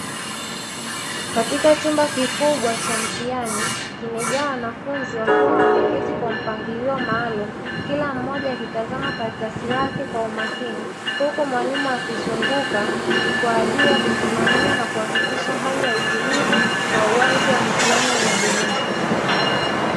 Katika chumba kikubwa cha mtihani kimejaa wanafunzi wakiwa wameketi kwa mpangilio maalumu, kila mmoja akitazama karatasi yake kwa umakini huku mwalimu akizunguka kwa ajili ya kusimamia na kuhakikisha hali ya utulivu na uwezo wa mitihani inadumishwa.